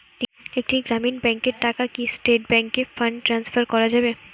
একটি গ্রামীণ ব্যাংকের টাকা কি স্টেট ব্যাংকে ফান্ড ট্রান্সফার করা যাবে?